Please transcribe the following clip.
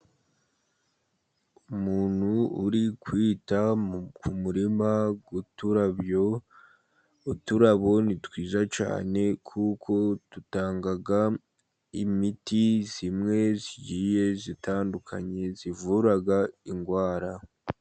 Umuntu uri kwita ku murima w'uturabo. Uturabo ni twiza cyane kuko dutanga imiti imwe igiye itandukanye ivura indwara.